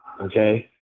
okay